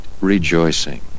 rejoicing